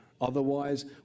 Otherwise